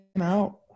out